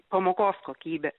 pamokos kokybė